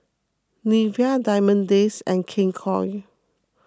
Nivea Diamond Days and King Koil